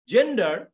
Gender